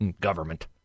government